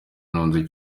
ntunze